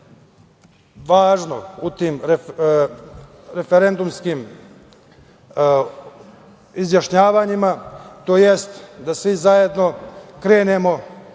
važno u tim referendumskim izjašnjavanjima, tj. da svi zajedno krenemo